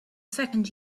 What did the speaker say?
second